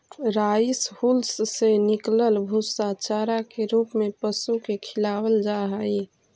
rice hulls से निकलल भूसा चारा के रूप में पशु के खिलावल जा हई